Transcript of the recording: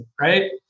right